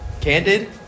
Candid